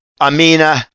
Amina